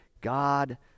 god